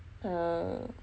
er